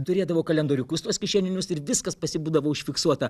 turėdavo kalendoriukus tuos kišeninius ir viskas pasvjį būdavo užfiksuota